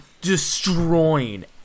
destroying